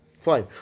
Fine